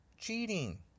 Cheating